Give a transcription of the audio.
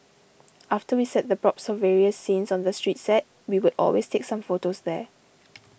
after we set the props for various scenes on the street set we would always take some photos there